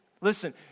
Listen